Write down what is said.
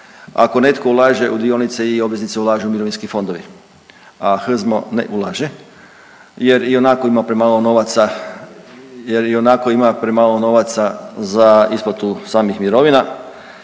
Ako netko ulaže u dionice i obveznice, ulažu mirovinski fondovi, a HZMO ne ulaže jer ionako ima premalo novaca, jer ionako ima